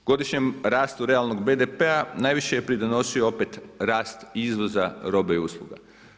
Godišnjem rastu realnog BDP-a najviše je pridonosio opet rast izvoza robe i usluga.